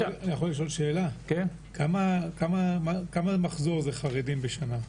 כמה זה מחזור של חרדים בשנה?